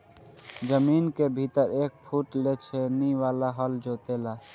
जमीन के भीतर एक फुट ले छेनी वाला हल जोते ला